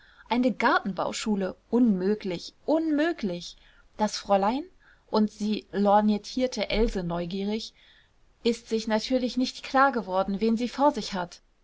eine gartenbauschule unmöglich unmöglich das fräulein und sie lorgnettierte else neugierig ist sich natürlich nicht klar geworden wen sie vor sich hat